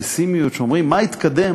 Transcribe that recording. הפסימיות, שאומרים: מה התקדם?